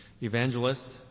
evangelist